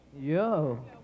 Yo